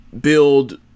build